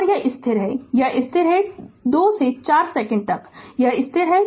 और यह स्थिर है और यह स्थिर है 2 से 4 सेकंड तक यह स्थिर है